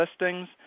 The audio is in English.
listings